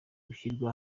ishyirwa